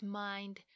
mind